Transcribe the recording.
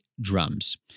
drums